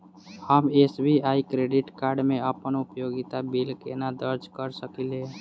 हम SBI credit card मे अप्पन उपयोगिता बिल केना दर्ज करऽ सकलिये?